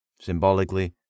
symbolically